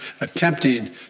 attempting